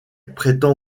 prétend